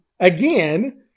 Again